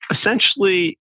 essentially